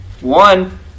one